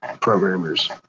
programmers